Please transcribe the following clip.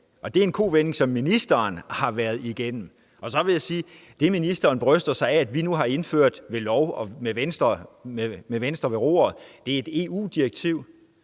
Det er en kovending, som ministeren har foretaget. Så vil jeg sige, at det, ministeren nu bryster sig af at man har indført ved lov med Venstre ved roret, er et EU-direktiv.